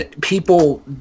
People